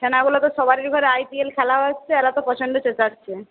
ছানাগুলো তো সবারির ঘরে আইপিএল খেলা হচ্ছে ওরা তো প্রচণ্ড চেঁচাচ্ছে